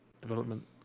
development